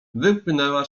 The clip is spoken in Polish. wymknęła